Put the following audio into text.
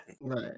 right